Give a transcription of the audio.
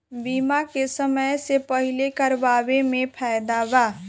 बीमा के समय से पहिले करावे मे फायदा बा